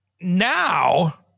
now